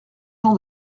jean